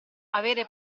avere